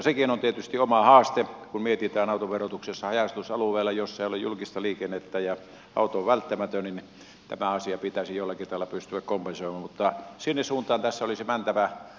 sekin on tietysti oma haaste kun mietitään autoverotusta haja asutusalueella jolla ei ole julkista liikennettä ja auto on välttämätön ja tämä asia pitäisi jollakin tavalla pystyä kompensoimaan mutta sinne suuntaan tässä olisi mentävä